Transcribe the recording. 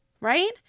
Right